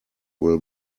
will